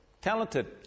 talented